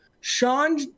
Sean